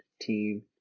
team